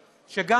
שגם,